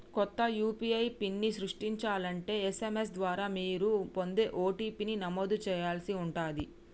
కొత్త యూ.పీ.ఐ పిన్ని సృష్టించాలంటే ఎస్.ఎం.ఎస్ ద్వారా మీరు పొందే ఓ.టీ.పీ ని నమోదు చేయాల్సి ఉంటాది